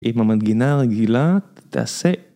אם המנגינה רגילה, תעשה.